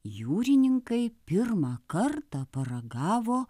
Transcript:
jūrininkai pirmą kartą paragavo